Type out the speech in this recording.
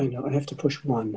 i don't have to push one